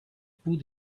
put